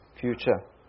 future